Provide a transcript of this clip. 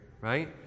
right